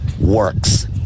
works